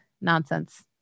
nonsense